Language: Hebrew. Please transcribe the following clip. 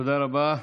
תודה רבה.